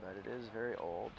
that it is very old